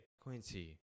Quincy